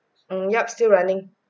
mm yup still running